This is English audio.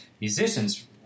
musicians